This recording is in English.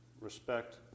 respect